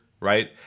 Right